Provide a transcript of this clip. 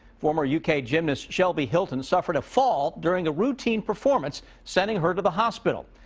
former u k gymnast, shelby hilton suffered a fall during a routine performance, sending her to the hospital.